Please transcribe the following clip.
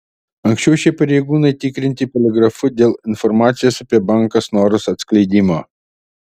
anksčiau šie pareigūnai tikrinti poligrafu dėl informacijos apie banką snoras atskleidimo